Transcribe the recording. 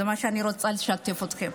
בזה אני רוצה לשתף אתכם.